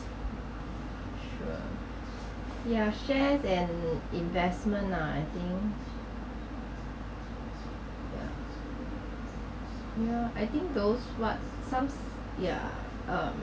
sure ya share then investment lah I think ya ya I think those what some ya um